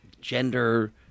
gender